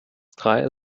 drei